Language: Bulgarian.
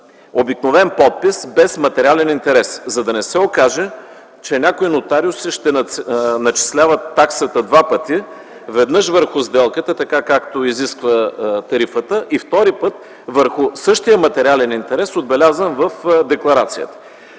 обикновен подпис без материален интерес, за да не се окаже, че някои нотариуси ще начисляват таксата два пъти – веднъж върху сделката, така както изисква тарифата, и втори път върху същия материален интерес, отбелязан в декларацията.